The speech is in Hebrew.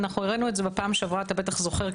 הראנו בפעם שעברה אתה בטח זוכר,